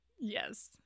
Yes